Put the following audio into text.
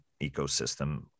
ecosystem